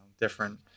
different